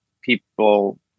people